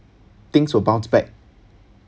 things will bounce back